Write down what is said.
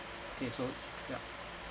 K so yup